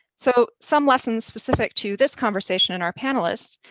so, some lessons specific to this conversation and our panelists.